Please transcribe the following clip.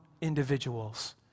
individuals